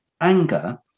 anger